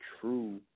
true